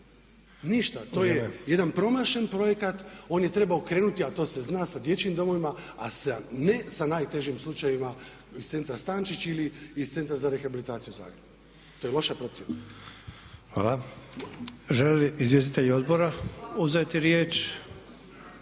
Ništa. To je jedan promašen projekat, on je trebao krenuti a to se zna sa dječjim domovima a ne sa najtežim slučajevima iz centra Stančić ili iz Centra za rehabilitaciju Zagreb. To je loša procjena. **Sanader, Ante (HDZ)** Hvala. Žele li izvjestitelji odbora uzeti riječ?